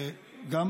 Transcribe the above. גם,